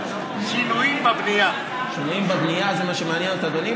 שינויים בבנייה, זה מה שמעניין את אדוני?